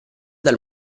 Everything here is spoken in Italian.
dal